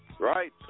right